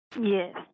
Yes